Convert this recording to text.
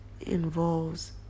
involves